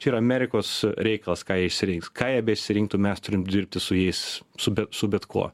čia yra amerikos reikalas ką jie išsirinks ką jie beišsirinktų mes turim dirbti su jais su bet su bet kuo